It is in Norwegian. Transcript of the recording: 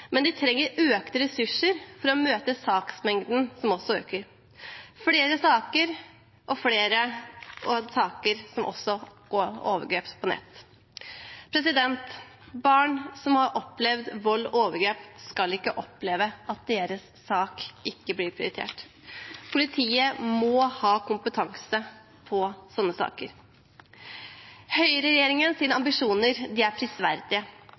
men de trenger økte ressurser for å møte saksmengden som også øker – flere saker og overgrep på nett. Barn som har opplevd vold og overgrep, skal ikke oppleve at deres sak ikke blir prioritert. Politiet må ha kompetanse på sånne saker. Høyreregjeringens ambisjoner er prisverdige,